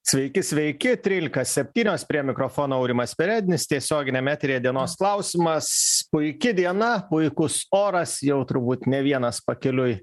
sveiki sveiki trylika septynios prie mikrofono aurimas perednis tiesioginiam etery dienos klausimas puiki diena puikus oras jau turbūt ne vienas pakeliui